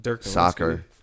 Soccer